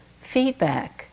feedback